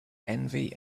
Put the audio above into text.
envy